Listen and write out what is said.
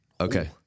Okay